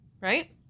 right